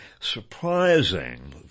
surprising